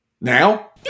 now